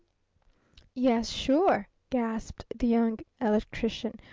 yes, sure, gasped the young electrician,